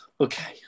Okay